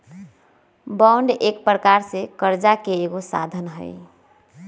bond एक प्रकार से करजा के एगो साधन हइ